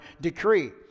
decree